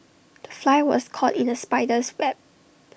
the fly was caught in the spider's web